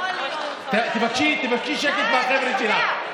יכול להיות, תבקשי שקט מהחבר'ה שלך.